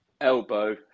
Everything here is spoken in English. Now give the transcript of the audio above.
Elbow